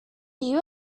you